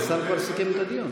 השר כבר סיכם את הדיון.